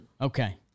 Okay